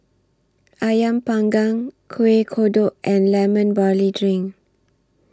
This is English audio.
Ayam Panggang Kueh Kodok and Lemon Barley Drink